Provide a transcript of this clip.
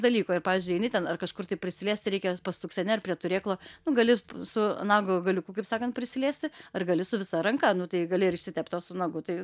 dalyko ir pavyzdžiui eini ten ar kažkur tai prisiliesti reikia pastukseni ar prie turėklo nu gali su nago galiuku kaip sakant prisiliesti ir gali su visa ranka nu tai gali ir išsitept o su nagu tai